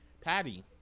Patty